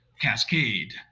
cascade